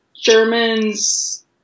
Germans